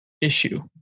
issue